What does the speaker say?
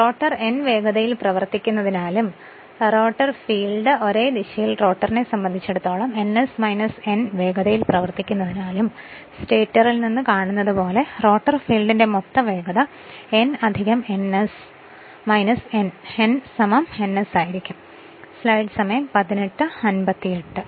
rotor n വേഗതയിൽ പ്രവർത്തിക്കുന്നതിനാലും rotor field ഒരേ ദിശയിൽ റോട്ടറിനെ സംബന്ധിച്ചിടത്തോളം ns n വേഗതയിൽ പ്രവർത്തിക്കുന്നതിനാലും സ്റ്റേറ്ററിൽ നിന്ന് കാണുന്നതുപോലെ റോട്ടർ ഫീൽഡിന്റെ മൊത്ത വേഗത n ns n n s ആയിരിക്കും